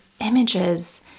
images